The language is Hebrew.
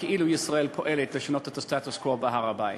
כאילו ישראל פועלת לשנות את הסטטוס-קוו בהר-הבית.